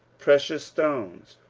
precious stones,